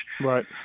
right